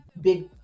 big